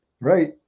Right